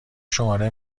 شماره